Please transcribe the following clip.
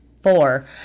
Four